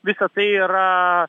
visa tai yra